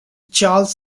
charles